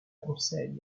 conseil